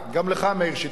גם לך, מאיר שטרית.